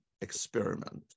experiment